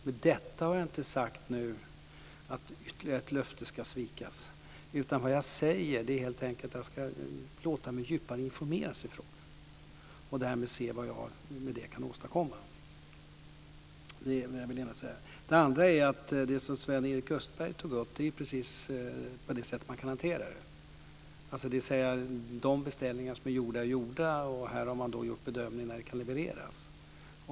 Med detta har jag nu inte sagt att ytterligare ett löfte ska svikas, utan vad jag säger är helt enkelt att jag ska låta mig djupare informeras i frågan och se vad jag därmed kan åstadkomma. Det är det ena jag vill säga. Det andra är att det som Sven-Erik Österberg tog upp är precis det sätt som man kan hantera det på. De beställningar som är gjorda är gjorda, och här har man gjort bedömningen när de kan levereras.